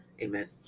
Amen